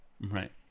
Right